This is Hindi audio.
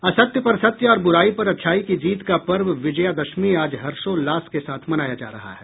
असत्य पर सत्य और बुराई पर अच्छाई की जीत का पर्व विजयादशमी आज हर्षोल्लास के साथ मनाया जा रहा है